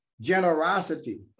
generosity